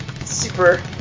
super